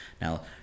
Now